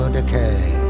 decay